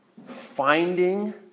Finding